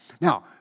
Now